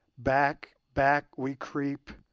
back, back, we creep,